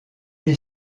est